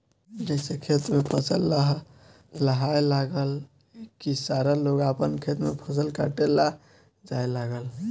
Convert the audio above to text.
जइसे खेत में फसल लहलहाए लागल की सारा लोग आपन खेत में फसल काटे ला जाए लागल